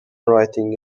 writing